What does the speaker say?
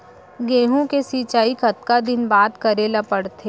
गेहूँ के सिंचाई कतका दिन बाद करे ला पड़थे?